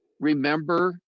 remember